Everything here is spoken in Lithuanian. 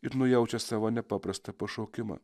ir nujaučia savo nepaprastą pašaukimą